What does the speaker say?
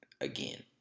again